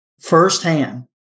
firsthand